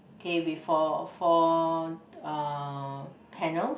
came before four uh panels